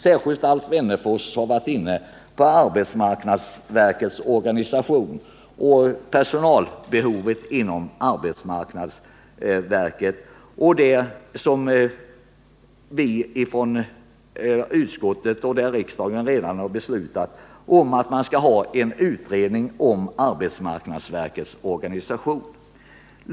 Särskilt Alf Wennerfors var inne på arbetsmarknadsverkets organisation och personalbehovet inom arbetsmarknadsverket. Riksdagen har ju redan beslutat om en utredning av arbetmarknadsverkets organisation.